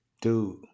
Dude